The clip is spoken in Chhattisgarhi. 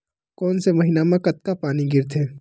कोन से महीना म कतका पानी गिरथे?